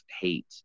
hate